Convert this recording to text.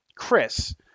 Chris